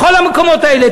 בכל המקומות האלה,